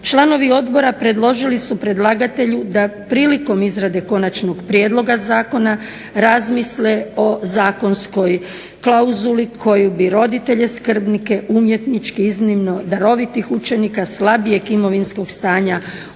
Članovi Odbora predložili su predlagatelju da prilikom izrade konačnog Prijedloga zakona razmisle o zakonskoj klauzuli koju bi roditelje skrbnike umjetnički iznimno darovitih učenika slabijeg imovinskog stanja